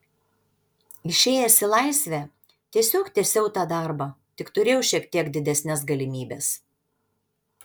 išėjęs į laisvę tiesiog tęsiau tą darbą tik turėjau šiek tiek didesnes galimybes